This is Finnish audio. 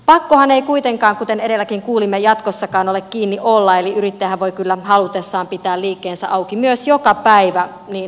pakkohan ei kuitenkaan kuten edellekin kuulimme jatkossakaan ole kiinni olla eli yrittäjähän voi kyllä halutessaan pitää liikkeensä auki myös joka päivä niin halutessaan